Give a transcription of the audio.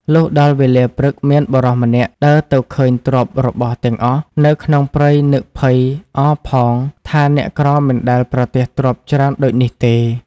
លុះដល់វេលាព្រឹកមានបុរសម្នាក់ដើរទៅឃើញទ្រព្យរបស់ទាំងអស់នៅក្នុងព្រៃនឹកភ័យអរផងថាអ្នកក្រមិនដែលប្រទះទ្រព្យច្រើនដូចនេះទេ។